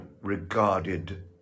regarded